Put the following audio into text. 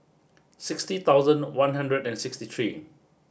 sixty thousand one hundred and sixty three